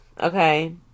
okay